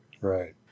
Right